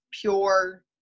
pure